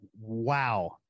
Wow